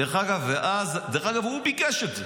דרך אגב, הוא ביקש את זה.